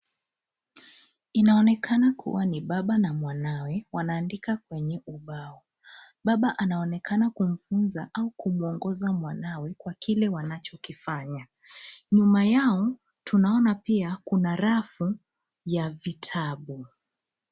Inaonekana kuwa ni baba na mwanawe wanaandika kwenye ubao. Baba anaonekana kumwuliza au kumuongoza mwanawe kwa kile wanachokifanya. Nyuma yao tunaona pia kuna rafu ya vitabu.